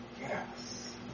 yes